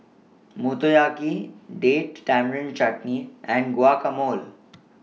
Motoyaki Date Tamarind Chutney and Guacamole